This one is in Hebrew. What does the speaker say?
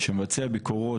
שבמסגרת תפקידו מבצע ביקורות